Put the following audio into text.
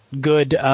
good –